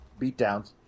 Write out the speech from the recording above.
beatdowns